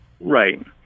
Right